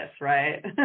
right